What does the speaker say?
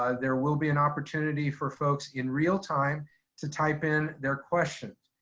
ah there will be an opportunity for folks in real time to type in their questions.